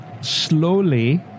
slowly